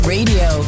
Radio